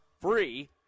free